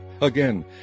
Again